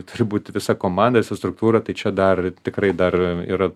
turi būt visa komanda visa struktūra tai čia dar tikrai dar yra